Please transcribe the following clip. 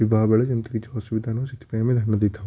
ବିବାହ ବେଳେ ଯେମତି କିଛି ଅସୁବିଧା ନହୁଏ ସେଥିପାଇଁ ଆମେ ଧ୍ୟାନ ଦେଇଥାଉ